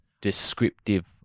descriptive